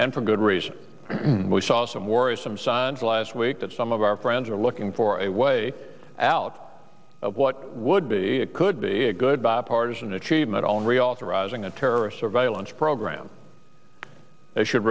and for good reason we saw some worrisome signs last week that some of our friends are looking for a way out of what would be a could be a good bipartisan achievement on reauthorizing the terrorist surveillance program it should